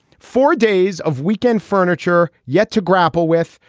four days of weekend furniture yet to grapple with.